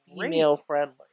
female-friendly